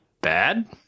bad